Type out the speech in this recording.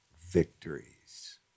victories